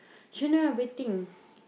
shouldn't waiting